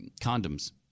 condoms